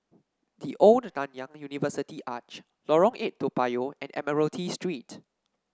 The Old Nanyang University Arch Lorong Eight Toa Payoh and Admiralty Street